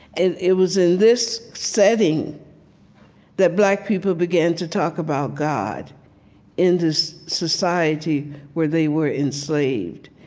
it it was in this setting that black people began to talk about god in this society where they were enslaved.